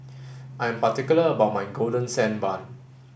I am particular about my golden sand bun